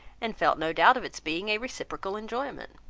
and felt no doubt of its being a reciprocal enjoyment.